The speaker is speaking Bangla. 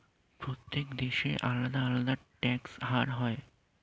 প্রত্যেক দেশে আলাদা আলাদা ট্যাক্স হার হয়